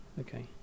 Okay